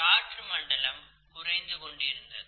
காற்று மண்டலம் குறைந்து கொண்டிருந்தது